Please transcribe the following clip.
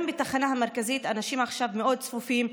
גם בתחנה המרכזית אנשים עכשיו מאוד צפופים,